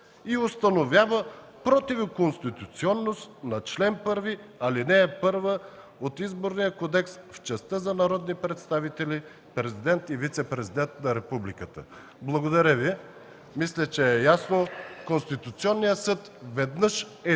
и установява противоконституционност на чл. 1, ал. 1 от Изборния кодекс в частта за народни представители, президент и вицепрезидент на републиката.” Благодаря Ви. Мисля, че е ясно – Конституционният съд веднъж е